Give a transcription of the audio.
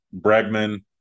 Bregman